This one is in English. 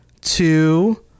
two